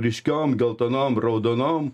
ryškiom geltonom raudonom